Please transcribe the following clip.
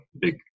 big